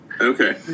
Okay